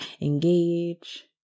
engage